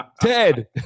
Ted